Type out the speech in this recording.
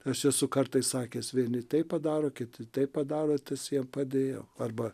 aš esu kartais sakęs vieni taip padaro kiti taip padaro tas jiem padėjo arba